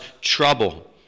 trouble